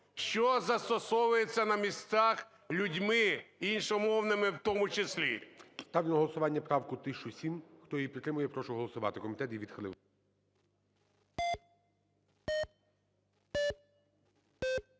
що застосовується на місцях людьми, іншомовними в тому числі. ГОЛОВУЮЧИЙ. Ставлю на голосування правку 1007. Хто її підтримує, прошу голосувати. Комітет її відхилив.